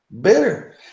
bitter